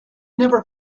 never